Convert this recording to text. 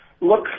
Look